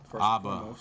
Abba